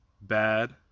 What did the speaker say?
bad